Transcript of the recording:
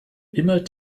immer